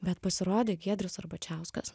bet pasirodė giedrius arbačiauskas